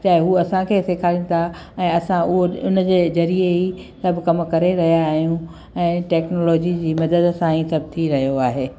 चाहे हू असांखे सिखारियुनि था ऐं असां हू उन जे ज़रिए ई सभु कमु करे रहिया आहियूं ऐं टैक्नोलॉजी जी मदद सां ई सभु थी रहियो आहे